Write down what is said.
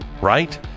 Right